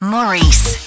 Maurice